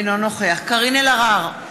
אינו נוכח קארין אלהרר,